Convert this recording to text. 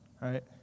right